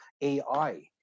AI